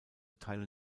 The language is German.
teile